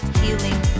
healing